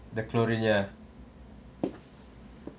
the chlorine ya